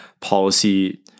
policy